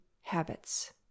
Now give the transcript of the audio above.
habits